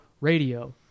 Radio